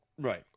Right